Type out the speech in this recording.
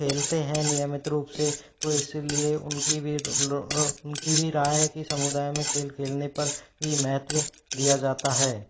खेलते हैं नियमित रूप से तो इसलिए उनकी भी उनकी भी राय की समुदाय में खेल खेलने पर भी महत्व दिया जाता है